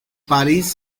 parís